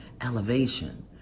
elevation